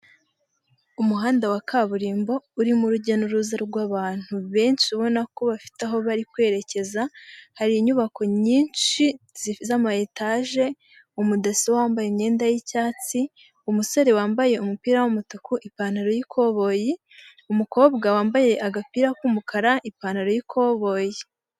Umuhanda wa kaburimbo uririmo rujya n'uruza rw'abantu benshi ubona ko bafite aho bari kwerekeza hari inyubako nyinshi z'ama etage umudaso wambaye imyenda y'icyatsi, umusore wambaye umupira w'umutuku ipantaro y'ikoboyi, umukobwa wambaye agapira k'umukara ipantaro y'ikoboye.